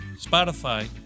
Spotify